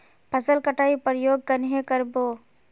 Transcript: फसल कटाई प्रयोग कन्हे कर बो?